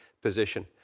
position